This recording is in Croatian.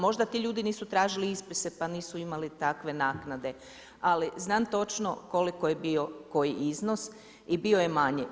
Možda ti ljudi nisu tražili ispise pa nisu imali takve naknade, ali znam točno koliko je bio koji iznos i bio je manji.